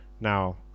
Now